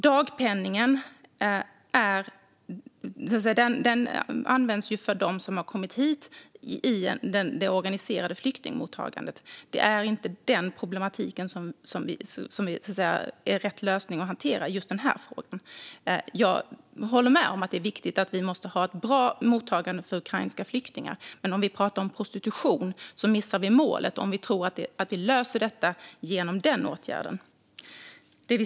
Dagpenningen används för dem som har kommit hit i det organiserade flyktingmottagandet. Den problematiken är inte aktuell när det gäller att hantera den här frågan. Jag håller med om att det är viktigt att vi måste ha ett bra mottagande för ukrainska flyktingar. Men när det gäller prostitution missar vi målet om vi tror att vi löser detta genom att åtgärda den problematiken.